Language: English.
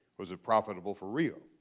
was it profitable for rio?